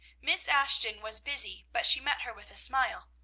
miss ashton was busy, but she met her with a smile.